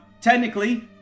Technically